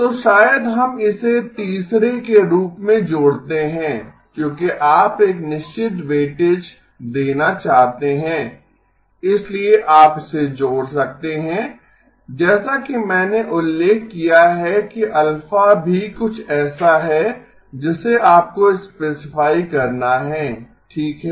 तो शायद हम इसे तीसरे के रूप में जोड़ते हैं क्योंकि आप एक निश्चित वेटेएज देना चाहते हैं इसलिए आप इसे जोड़ सकते हैं जैसा कि मैंने उल्लेख किया है कि अल्फा भी कुछ ऐसा है जिसे आपको स्पेसिफाई करना है ठीक है